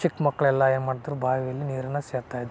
ಚಿಕ್ಮಕ್ಳು ಎಲ್ಲ ಏನು ಮಾಡ್ತ್ರ ಬಾವಿಯಲ್ಲಿ ನೀರನ್ನು ಸೇದ್ತಾ ಇದ್ದರು